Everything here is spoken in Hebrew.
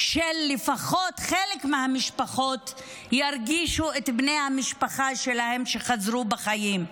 שלפחות חלק מהמשפחות ירגישו את בני המשפחה שלהם שחזרו בחיים.